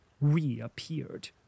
reappeared